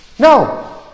No